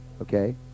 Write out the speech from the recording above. Okay